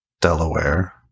Delaware